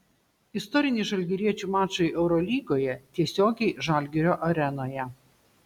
istoriniai žalgiriečių mačai eurolygoje tiesiogiai žalgirio arenoje